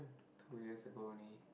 two years ago only